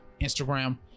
Instagram